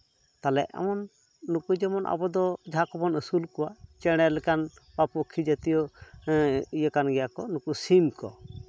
ᱛᱟᱦᱚᱞᱮ ᱮᱢᱚᱱ ᱱᱩᱠᱩ ᱡᱮᱢᱚᱱ ᱟᱵᱚ ᱫᱚ ᱡᱟᱦᱟᱸ ᱠᱚᱵᱚᱱ ᱟᱹᱥᱩᱞ ᱠᱚᱣᱟ ᱪᱮᱬᱮ ᱞᱮᱠᱟᱱ ᱵᱟ ᱯᱠᱠᱷᱤ ᱡᱟᱛᱤᱭᱚ ᱤᱭᱟᱹ ᱠᱟᱱ ᱜᱮᱭᱟᱠᱚ ᱱᱩᱠᱩ ᱥᱤᱢ ᱠᱚ